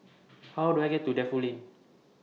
How Do I get to Defu Lane